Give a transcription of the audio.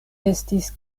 estis